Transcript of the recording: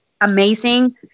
amazing